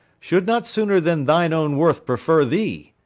should not sooner than thine own worth prefer thee.